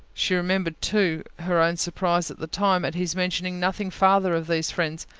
she remembered too, her own surprise at the time, at his mentioning nothing farther of those friends,